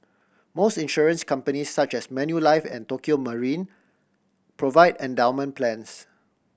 most insurance company such as Manulife and Tokio Marine provide endowment plans